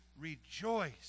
rejoice